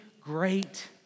great